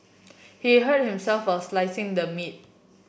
he hurt himself a slicing the meat